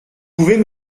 pouvez